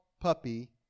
puppy